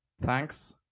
thanks